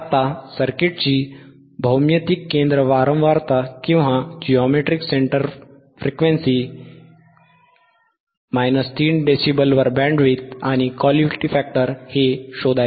आता सर्किटची भौमितिक केंद्र वारंवारता 3dB वर बँडविड्थ आणि Q शोधा